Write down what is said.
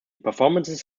performances